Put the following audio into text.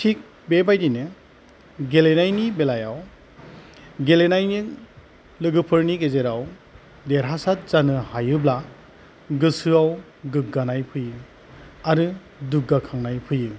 थिख बेबायदिनो गेलेनायनि बेलायाव गेलेनायनि लोगोफोरनि गेजेराव देरहासाद जानो हायोब्ला गोसोआव गोग्गानाय फैयो आरो दुग्गाखांनाय फैयो